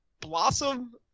Blossom